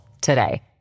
today